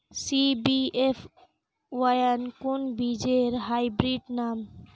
CBF one কোন বীজের hybrid নাম?